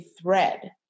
thread